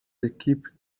équipes